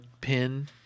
pin